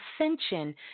Ascension